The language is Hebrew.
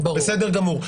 בסדר גמור.